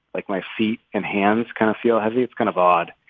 like my feet and hands kind of feel heavy. it's kind of odd.